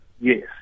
Yes